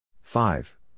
five